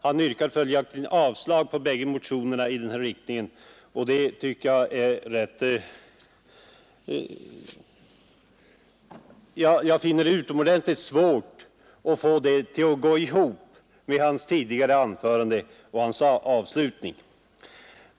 Han yrkar följaktligen avslag på bägge motionerna, och jag finner det utomordentligt svårt att få det att gå ihop med vad han sade tidigare i sitt anförande.